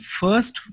first